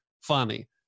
funny